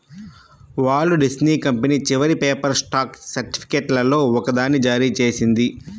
Walt Disney company చివరి paper stock సర్టిఫికేట్లలో ఒకదాన్ని జారీ చేసింది